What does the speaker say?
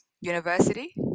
university